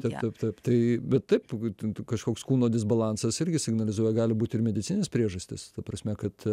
taip taip taip tai bet taip kažkoks kūno disbalansas irgi signalizuoja gali būti ir medicininės priežastys ta prasme kad